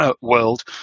world